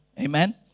Amen